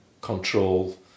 control